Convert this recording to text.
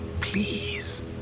Please